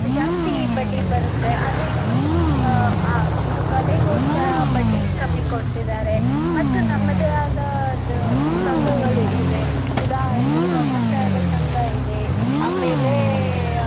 ಜಾಸ್ತಿ ಬಡ್ಡಿ ಬರುತ್ತೆ ಆದರೆ ಇವರು ಆ ಇದು ಕಲೆಗೋಸ್ಕರ ಬಡ್ಡಿ ಕಮ್ಮಿ ಕೊಡ್ತಿದ್ದಾರೆ ಮತ್ತು ನಮ್ಮದೇ ಆದ ದ ಸಂಘಗಳು ಇವೆ ಉದಾಹರಣೆಗೆ ಧರ್ಮಸ್ಥಳದ ಸಂಘ ಇದೆ ಆಮೇಲೆ